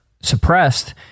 suppressed